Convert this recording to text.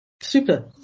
Super